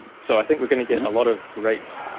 so i think we're going to get a lot of great.